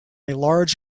large